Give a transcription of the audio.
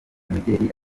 imideli